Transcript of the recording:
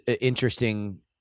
interesting